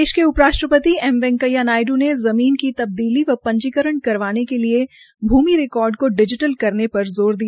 देश के उप राष्ट्रपति एम वैकेंया नायडू ने ज़मीन की तबदीली व पंजीकरण के लिये भूमि रिकार्ड को डिजीटल करने पर ज़ोर दिया